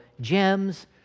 gems